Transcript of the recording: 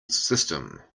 system